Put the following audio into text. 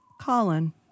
Colin